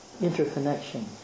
interconnection